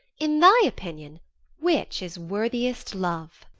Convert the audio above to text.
in thy opinion which is worthiest love?